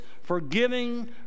forgiving